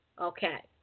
Okay